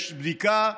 יש בדיקה.